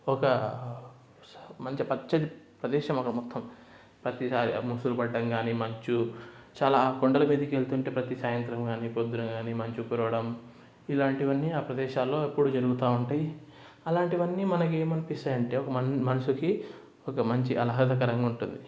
ఒక మంచి పచ్చని ప్రదేశం ఒక మొత్తం ప్రతీ రాయి ముసురుబడడం కానీ మంచు చాలా కొండల మీదకి వెళ్తుంటే ప్రతి సాయంత్రం కానీ పొద్దున కానీ మంచు కురవడం ఇలాంటివన్నీ ఆ ప్రదేశాల్లో ఎప్పుడు జరుగుతూ ఉంటాయి అలాంటివన్నీ మనకి ఏమనిపిస్తాయి అంటే మన మనసుకి ఒక మంచి ఆహ్లాదకరంగా ఉంటుంది